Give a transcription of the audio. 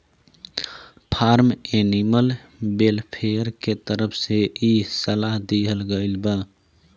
form animal welfare के तरफ से इ सलाह दीहल गईल बा